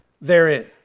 therein